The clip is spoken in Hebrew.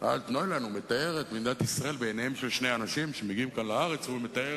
חדר-האוכל ל-450 איש.